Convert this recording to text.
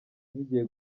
zigiye